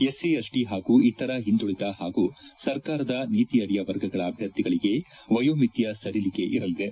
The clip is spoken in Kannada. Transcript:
ಎಸ್ಸಿ ಎಸ್ಟ ಹಾಗೂ ಇತರ ಹಿಂದುಳಿದ ಹಾಗೂ ಸರ್ಕಾರದ ನೀತಿಯಡಿಯ ವರ್ಗಗಳ ಅಭ್ಯರ್ಥಿಗಳಿಗೆ ವಯೋಮಿತಿಯ ಸಡಿಲಿಕೆ ಇರಲಿದೆ